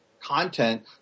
content